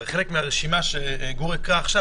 מה גם שבחלק מהרשימה שגור הקריא עכשיו,